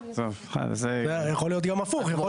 יכול להיות גם הפוך.